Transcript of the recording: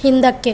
ಹಿಂದಕ್ಕೆ